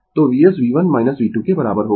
तो Vs V1 V2 के बराबर होगा